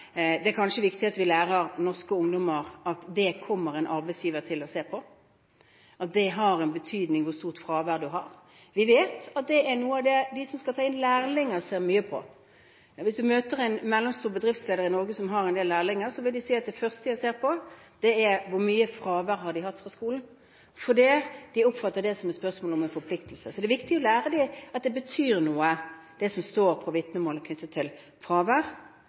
Det er kanskje viktig at vi lærer norske ungdommer at det kommer en arbeidsgiver til å se på – at det har en betydning hvor stort fravær man har. Vi vet at det er noe av det de som skal ta inn lærlinger, ser mye på. Hvis man møter en leder for en mellomstor bedrift i Norge som har en del lærlinger, vil han si at det første han ser på, er hvor mye fravær lærlingen har hatt på skolen, fordi de oppfatter det som et spørsmål om en forpliktelse. Så det er viktig å lære elevene at det betyr noe, det som står på vitnemålet knyttet til fravær.